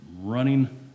running